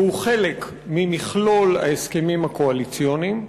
חלק ממכלול ההסכמים הקואליציוניים?